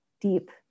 deep